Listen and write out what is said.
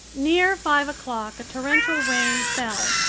near five o'clock a torrential rain fell,